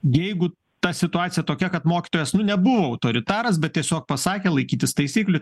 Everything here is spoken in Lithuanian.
jeigu ta situacija tokia kad mokytojas nu nebuvo autoritaras bet tiesiog pasakė laikytis taisyklių